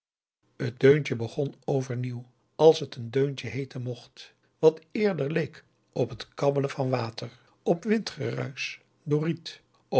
deuntje begon overnieuw als het een deuntje heeten mocht augusta de wit orpheus in de dessa wat eerder leek op het kabbelen van water op windgeruisch